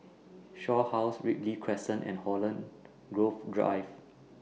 Shaw House Ripley Crescent and Holland Grove Drive